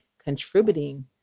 contributing